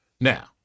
Now